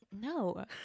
no